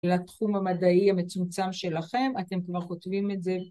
לתחום המדעי המצומצם שלכם, אתם כבר כותבים את זה